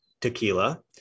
tequila